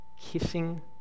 kissing